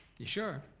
you sure?